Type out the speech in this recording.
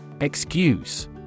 Excuse